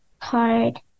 card